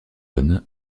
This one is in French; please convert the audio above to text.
bonnes